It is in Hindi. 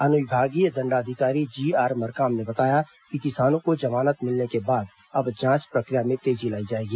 अनुविभागीय दण्डाधिकारी जीआर मरकाम ने बताया कि किसानों को जमानत मिलने के बाद अब जांच प्रक्रिया में तेजी लाई जाएगी